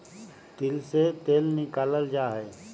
तिल से तेल निकाल्ल जाहई